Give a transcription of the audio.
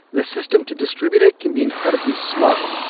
the system to distribute it can be incredibly slow.